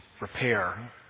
repair